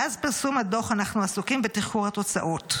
מאז פרסום הדוח אנחנו עסוקים בתחקור התוצאות.